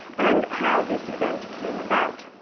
and how this event came about.